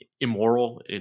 immoral